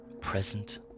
Present